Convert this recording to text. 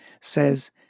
says